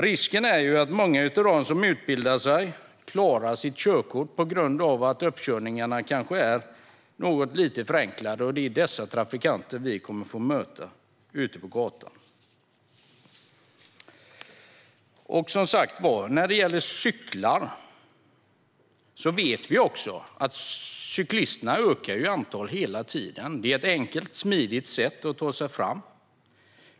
Risken finns att många av dem som utbildar sig klarar att ta körkort på grund av att uppkörningarna är något förenklade - och dessa trafikanter kommer vi att få möta på gator och vägar. När det gäller cykling vet vi att antalet cyklister hela tiden ökar. Det är ett enkelt och smidigt sätt att ta sig fram.